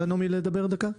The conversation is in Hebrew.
נעמי, רוצה לדבר דקה?